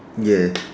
ya